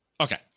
Okay